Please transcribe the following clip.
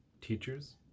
teachers